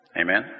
Amen